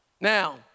Now